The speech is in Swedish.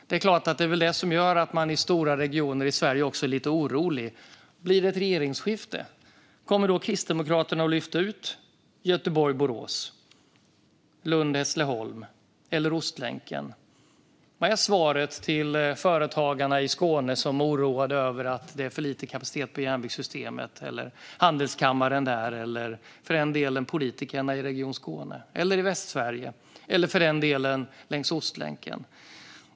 Det är väl det som gör att man i stora regioner i Sverige är orolig. Blir det ett regeringsskifte? Kommer Kristdemokraterna att lyfta ut Göteborg-Borås, Lund-Hässleholm eller Ostlänken? Vad är svaret till Företagarna i Skåne, handelskammaren, politikerna i Region Skåne, i Västsverige, eller längs Ostlänken, som är oroade över att det är för lite kapacitet i järnvägssystemet?